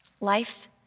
Life